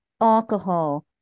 alcohol